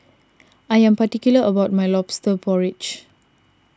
I am particular about my Lobster Porridge